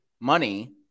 money